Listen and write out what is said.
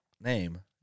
name